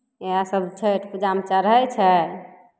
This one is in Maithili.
इएहसभ छठि पूजामे चढ़ै छै